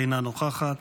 אינה נוכחת,